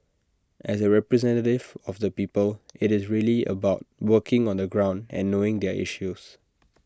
as A representative of the people IT is really about working on the ground and knowing their issues